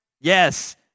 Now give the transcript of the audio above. yes